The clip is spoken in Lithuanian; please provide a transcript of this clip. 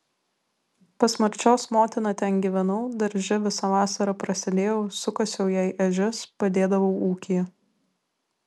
pas marčios motiną ten gyvenau darže visą vasarą prasėdėjau sukasiau jai ežias padėdavau ūkyje